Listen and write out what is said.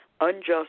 unjust